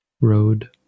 road